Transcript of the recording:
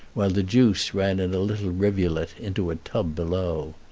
while the juice ran in a little rivulet into a tub below.